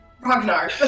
Ragnar